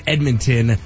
Edmonton